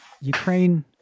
ukraine